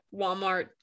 Walmart